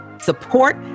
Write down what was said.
support